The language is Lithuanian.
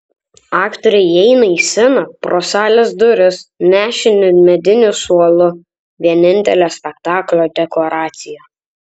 aktoriai įeina į sceną pro salės duris nešini mediniu suolu vienintele spektaklio dekoracija